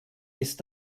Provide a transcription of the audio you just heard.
ist